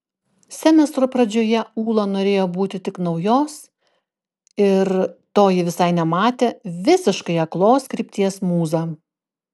semestro pradžioje ūla norėjo būti tik naujos ir to ji visai nematė visiškai aklos krypties mūza